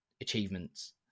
achievements